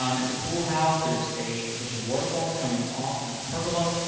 um it's a pool house. there's a there's a waterfall coming off of the pergola,